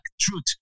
truth